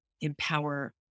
empower